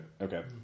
okay